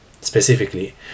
Specifically